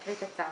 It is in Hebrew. נקריא את הצו.